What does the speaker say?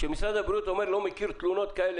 כשמשרד הבריאות אומר שהוא לא מכיר תלונות כאלה,